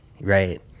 Right